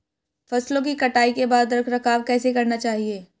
फसलों की कटाई के बाद रख रखाव कैसे करना चाहिये?